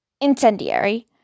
incendiary